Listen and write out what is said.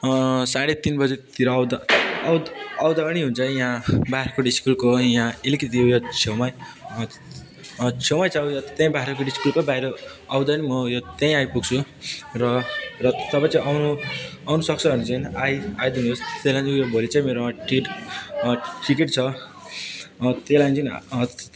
साढे तिन बजेतिर आउँदा आउँद आउँदा नि हुन्छ यहाँ बाख्राकोट स्कुलको यहाँ अलिकति एउटा छेउमा छेउमा छ उयो त्यहाँ बाख्राकोट स्कुलको बाहिर आउँदा नि म यो त्यहीँ आइपुग्छु र तपाईँ चाहिँ आउनु आउन सक्छ भने चाहिँ आई आइदिनुहोस् यो भोलि चाहिँ मेरो यहाँ टिट् टिकट छ त्यही लागि चाहिँ